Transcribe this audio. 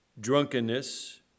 drunkenness